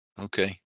Okay